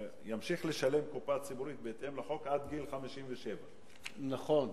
ימשיך לשלם לקופה הציבורית בהתאם לחוק עד גיל 57. נכון,